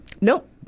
Nope